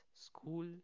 school